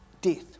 death